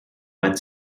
wet